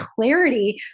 clarity